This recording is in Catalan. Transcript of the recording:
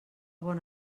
bon